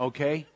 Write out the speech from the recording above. Okay